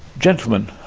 gentlemen,